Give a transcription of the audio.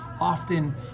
often